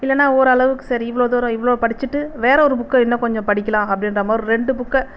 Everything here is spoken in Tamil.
இல்லைன்னா ஓரளவுக்கு சரி இவ்வளோ தூரம் இவ்வளோ படிச்சிட்டு வேறு ஒரு புக்கை இன்னும் கொஞ்சம் படிக்கலாம் அப்படின்ற மாதிரி ரெண்டு புக்கை